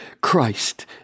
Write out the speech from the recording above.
Christ